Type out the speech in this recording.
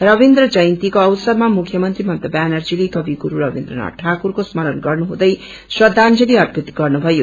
रवीन्द्र जयन्तीको अवसरमा मुचयमंत्रीह ममता व्यानर्जीति कवि गुरू रवीन्द्र नाथ ठाकुरको स्मरण गर्नुहुँदै श्रदाजंली अर्पित गर्नुभयो